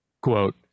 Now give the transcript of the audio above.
quote